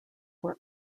were